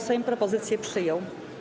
Sejm propozycje przyjął.